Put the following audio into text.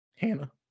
Hannah